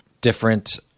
different